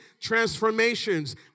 transformations